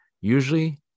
Usually